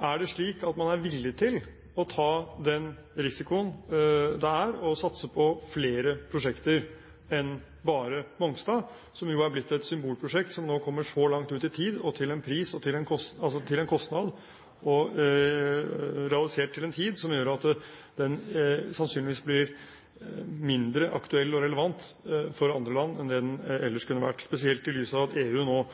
Er det slik at man er villig til å ta den risikoen det er å satse på flere prosjekter enn bare Mongstad? Det er jo blitt et symbolprosjekt som nå kommer så langt ut i tid og til en kostnad og realisert til en tid som gjør at den sannsynligvis blir mindre aktuell og relevant for andre land enn det den ellers kunne vært, spesielt i lys av at to land i EU nå